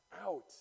out